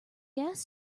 gas